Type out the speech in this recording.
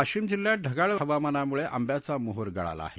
वाशिम जिल्ह्यात ढगाळ हवामानामुळे आंब्याचा मोहर गळाला आहे